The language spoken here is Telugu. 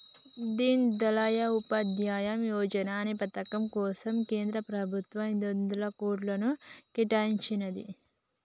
దీన్ దయాళ్ ఉపాధ్యాయ యోజనా అనే పథకం కోసం కేంద్ర ప్రభుత్వం ఐదొందల కోట్లను కేటాయించినాది